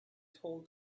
told